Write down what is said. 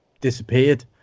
disappeared